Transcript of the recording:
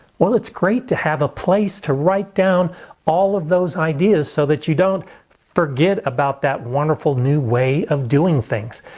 well, it's great to have a place to write down all of those ideas so that you don't forget about that wonderful new way of doing things.